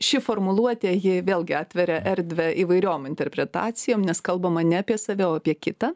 ši formuluotė ji vėlgi atveria erdvę įvairiom interpretacijom nes kalbama ne apie save o apie kitą